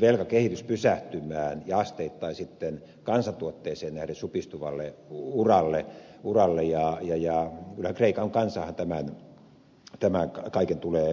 velkakehitys pysähtymään ja asteittain kansantuotteeseen nähden supistuvalle uralle ja kyllähän kreikan kansa tämän kaiken tulee maksamaan